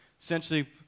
Essentially